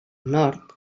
nord